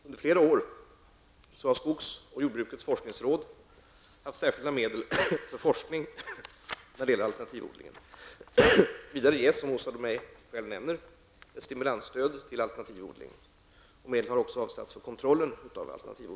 Under flera år har skogs och jordbrukets forskningsråd haft särskilda medel för forskning på detta område. Vidare ges, som Åsa Domeij själv nämner, ett stimulansstöd till alternativ odling. Medel har också avsatts för kontrollen av produkterna.